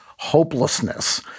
hopelessness